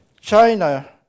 China